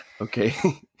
Okay